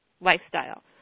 lifestyle